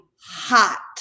hot